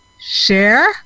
share